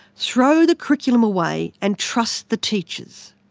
throw the curriculum away and trust the teachers.